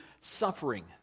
suffering